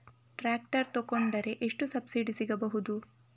Tractor ತೊಕೊಂಡರೆ ಎಷ್ಟು subsidy ಸಿಗಬಹುದು?